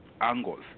angles